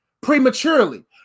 prematurely